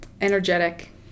Energetic